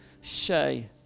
Shay